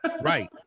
right